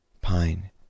pine